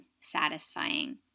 satisfying